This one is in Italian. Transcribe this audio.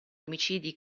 omicidi